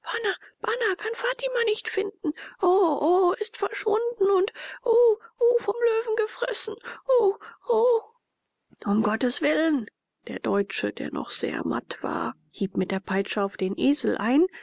kann fatima nicht finden o o ist verschwunden und uh uh vom löwen gefressen uh uh um gottes willen der deutsche der noch sehr matt war hieb mit der peitsche auf den esel ein